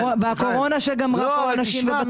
והקורונה שגמרה פה אנשים ובתי עסק.